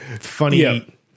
funny